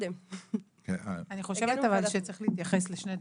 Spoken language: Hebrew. אני חושבת אבל שצריך להתייחס לשני דברים,